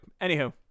anywho